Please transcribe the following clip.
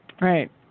Right